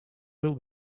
will